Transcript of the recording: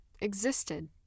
existed